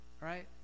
right